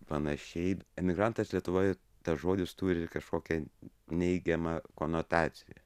panašiai emigrantas lietuvoje tas žodis turi kažkokią neigiamą konotaciją